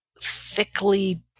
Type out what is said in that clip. thickly